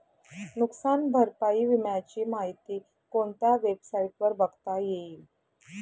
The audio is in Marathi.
नुकसान भरपाई विम्याची माहिती कोणत्या वेबसाईटवर बघता येईल?